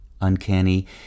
Uncanny